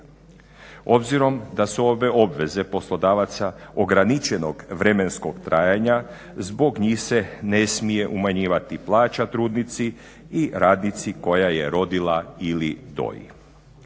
Obzirom da su ove obveze poslodavaca ograničenog vremenskog trajanja zbog njih se ne smije umanjivati plaća trudnici i radnici koja je rodila ili doji.